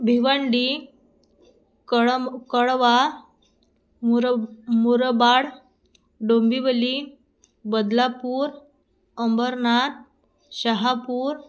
भिवंडी कळम कळवा मुर मुरबाड डोंबिवली बदलापूर अंबरनाथ शहापूर